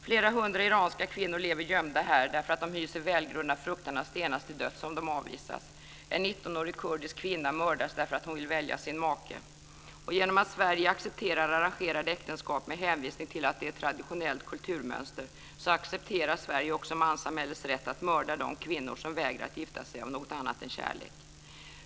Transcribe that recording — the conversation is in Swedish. Flera hundra iranska kvinnor lever gömda här därför att de hyser välgrundad fruktan att stenas till döds om de avvisas. En 19-årig kurdisk kvinna mördas därför att hon ville välja sin make. Genom att Sverige accepterar arrangerade äktenskap med hänvisning till att det är ett traditionellt kulturmönster accepterar Sverige också manssamhällets rätt att mörda de kvinnor som vägrar att gifta sig av något annat än kärlek.